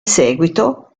seguito